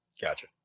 Gotcha